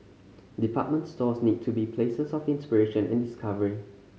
department stores need to be places of inspiration and discovery